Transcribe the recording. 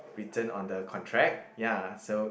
written on the contract ya so